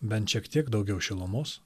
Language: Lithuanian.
bent šiek tiek daugiau šilumos